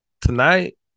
tonight